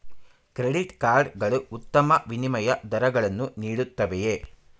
Credit card ಗಳು ಉತ್ತಮ ವಿನಿಮಯ ದರಗಳನ್ನು ನೀಡುತ್ತವೆಯೇ?